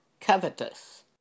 covetous